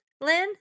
Lynn